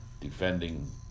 defending